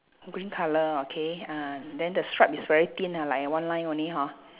green colour okay uh then the stripe is very thin ah like a one line only hor